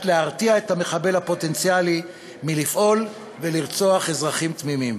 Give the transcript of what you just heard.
להרתיע את המחבל הפוטנציאלי מלפעול ולרצוח אזרחים תמימים.